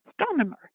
astronomer